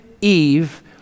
Eve